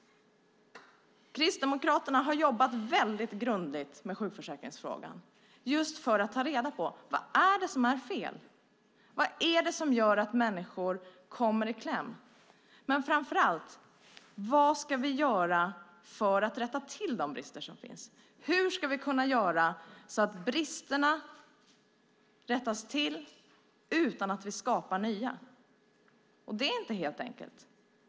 Kristdemokraterna har jobbat väldigt grundligt med sjukförsäkringsfrågan, just för att ta reda på vad som är fel, vad som gör att människor kommer i kläm, men framför allt vad vi ska göra för att rätta till de brister som finns. Hur ska vi kunna göra så att bristerna rättas till utan att vi skapar nya? Det är inte alldeles enkelt.